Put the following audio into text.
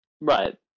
Right